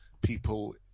people